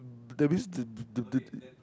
that means the the the the